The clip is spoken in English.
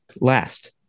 last